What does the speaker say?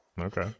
Okay